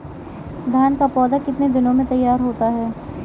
धान का पौधा कितने दिनों में तैयार होता है?